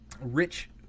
rich